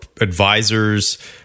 advisors